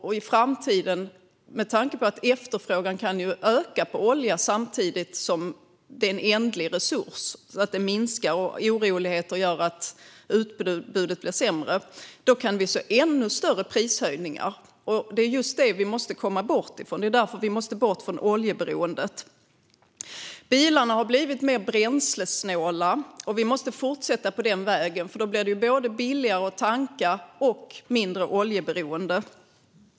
Och i framtiden kan efterfrågan på olja öka. Det är en ändlig resurs som minskar samtidigt som oroligheter gör att utbudet blir sämre. Då kan vi se ännu större prishöjningar. Det är just det vi måste komma bort från. Det är därför vi måste bort från oljeberoendet. Bilarna har blivit mer bränslesnåla. Vi måste fortsätta på den vägen, för då blir det både billigare att tanka och mindre oljeberoende.